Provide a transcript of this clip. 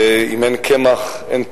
ואם אין קמח אין תורה.